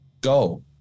go